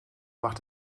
macht